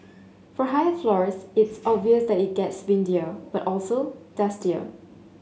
for high floors it's obvious that it gets windier but also dustier